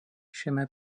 šiame